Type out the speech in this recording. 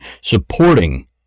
supporting